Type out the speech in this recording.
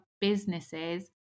businesses